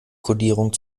kodierung